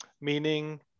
Meaning